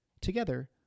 Together